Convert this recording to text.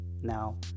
Now